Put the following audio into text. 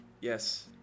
Yes